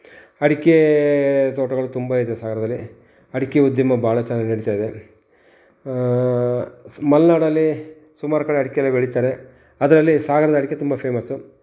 ಅಡಿಕೆ ತೋಟಗಳು ತುಂಬ ಇದೆ ಸಾಗರದಲ್ಲಿ ಅಡಿಕೆ ಉದ್ಯಮ ಬಹಳ ಚೆನ್ನಾಗಿ ನಡೀತಾ ಇದೆ ಮಲೆನಾಡಲ್ಲಿ ಸುಮಾರು ಕಡೆ ಅಡಿಕೆ ಎಲ್ಲ ಬೆಳಿತಾರೆ ಅದರಲ್ಲಿ ಸಾಗರದ ಅಡಿಕೆ ತುಂಬ ಫೇಮಸ್ಸು